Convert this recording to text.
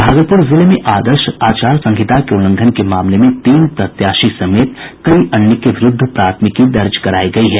भागलपुर जिले में आदर्श चुनाव आचार संहिता के उल्लंघन के मामले में तीन प्रत्याशी समेत कई अन्य के विरुद्ध प्राथमिकी दर्ज कराई गयी है